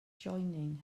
joining